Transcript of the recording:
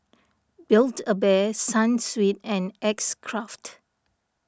Build A Bear Sunsweet and X Craft